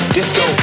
disco